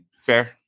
fair